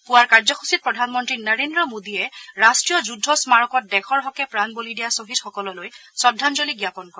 পুৱাৰ কাৰ্যসূচীত প্ৰধানমন্ত্ৰী নৰেন্দ্ৰ মোদীয়ে ৰাষ্ট্ৰীয় যুদ্ধ স্মাৰকত দেশৰ হকে প্ৰাণ বলি দিয়া ছহিদসকললৈ শ্ৰদ্ধাঞ্জলি জাপন কৰে